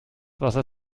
wasser